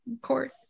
court